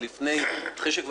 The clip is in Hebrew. יעל, בבקשה.